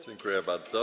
Dziękuję bardzo.